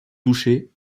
toucher